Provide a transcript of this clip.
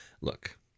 Look